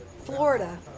Florida